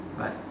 but